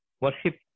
worship